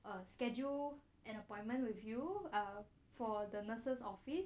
uh schedule an appointment with you or for the nurse's office